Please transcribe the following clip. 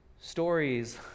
stories